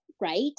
right